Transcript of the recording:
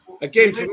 again